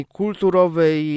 kulturowej